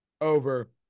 over